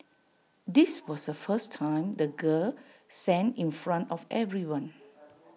this was the first time the girl sang in front of everyone